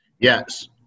Yes